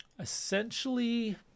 essentially